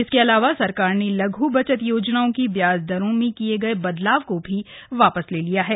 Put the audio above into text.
इसके अलावा सरकार ने लघ् बचत योजनाओं की ब्याज दरों में किए गए बदलाव को वापस ले लिया है